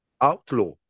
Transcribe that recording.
outlaw